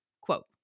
quote